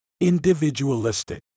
Individualistic